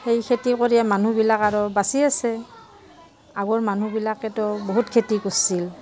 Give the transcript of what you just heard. সেই খেতি কৰিয়ে মানুহবিলাক আৰু বাচি আছে আগৰ মানুহবিলাকেতো বহুত খেতি কৰিছিল